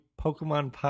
Pokemon